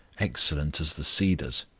excellent as the cedars.